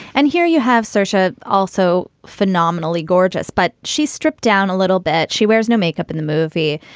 and here you have sasha, also phenomenally gorgeous, but she's stripped down a little bit. she wears no makeup in the movie.